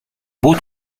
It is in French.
beau